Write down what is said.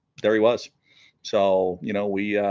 there he was so you know we